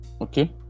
okay